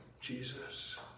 Jesus